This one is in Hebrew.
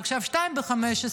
עכשיו שתיים ב-15,